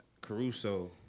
Caruso